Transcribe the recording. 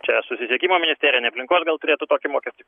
čia susisiekimo ministerija ne aplinkos gal turėtų tokį mokestį